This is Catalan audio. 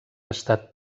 estat